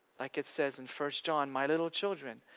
like it says in first john, my little children,